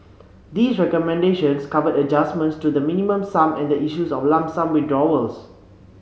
these recommendations cover adjustments to the Minimum Sum and the issue of lump sum withdrawals